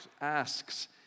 asks